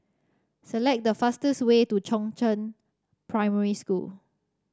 select the fastest way to Chongzheng Primary School